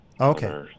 Okay